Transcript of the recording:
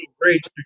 great